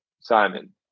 Simon